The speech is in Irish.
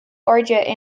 airde